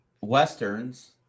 Westerns